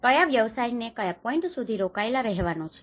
કયા વ્યવસાયને કયા પોઈન્ટ સુધી રોકાયેલા રહેવાનું છે